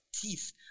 teeth